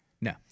No